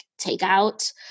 takeout